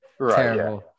Right